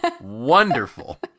wonderful